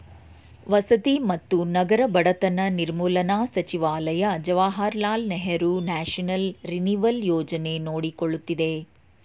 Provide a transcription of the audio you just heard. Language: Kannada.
ವಸತಿ ಮತ್ತು ನಗರ ಬಡತನ ನಿರ್ಮೂಲನಾ ಸಚಿವಾಲಯ ಜವಾಹರ್ಲಾಲ್ ನೆಹರು ನ್ಯಾಷನಲ್ ರಿನಿವಲ್ ಯೋಜನೆ ನೋಡಕೊಳ್ಳುತ್ತಿದೆ